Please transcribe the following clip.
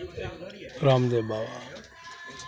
Ramdev Baba